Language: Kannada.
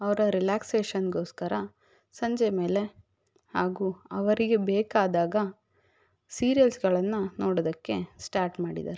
ಅವರ ರಿಲ್ಯಾಕ್ಸೆಷನ್ಗೋಸ್ಕರ ಸಂಜೆ ಮೇಲೆ ಹಾಗೂ ಅವರಿಗೆ ಬೇಕಾದಾಗ ಸೀರಿಯಲ್ಸ್ಗಳನ್ನ ನೋಡೋದಕ್ಕೆ ಸ್ಟಾರ್ಟ್ ಮಾಡಿದ್ದಾರೆ